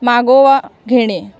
मागोवा घेणे